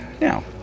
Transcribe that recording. now